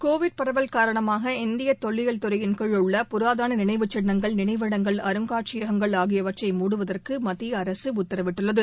Covid பரவல் காரணமாக இந்திய தொல்லியல் துறையின் கீழ் உள்ள புராதன நினைவு சின்னங்கள் நினைவிடங்கள் அருங்காட்சியகங்கள் ஆகியவற்றை மூடுவதற்கு மத்திய அரசு உத்தரவிட்டுள்ளது